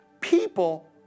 people